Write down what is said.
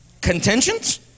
contentions